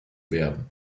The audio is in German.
werden